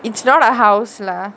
it's not a house lah